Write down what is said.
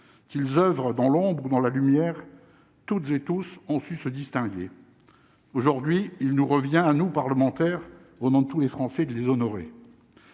qu'ils oeuvrent dans l'ombre ou dans la lumière toutes et tous ont su se distinguer aujourd'hui, il nous revient à nous, parlementaires, au nom de tous les Français de les honorer,